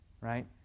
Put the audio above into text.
right